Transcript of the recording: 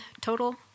total